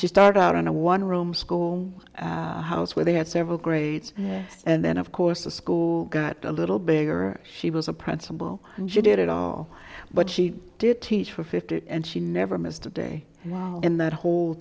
she started out in a one room school house where they had several grades and then of course the school a little bigger she was a principal and she did it all but she did teach for fifty and she never missed a day in that whole